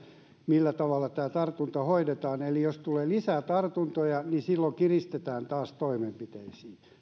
millä tavalla tämä tartunta hoidetaan eli jos tulee lisää tartuntoja niin silloin kiristetään taas